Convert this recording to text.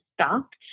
stopped